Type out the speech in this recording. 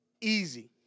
Easy